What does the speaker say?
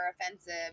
offensive